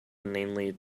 inanely